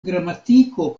gramatiko